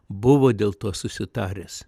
buvo dėl to susitaręs